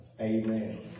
Amen